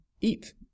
eat